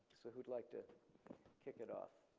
so who'd like to kick it off?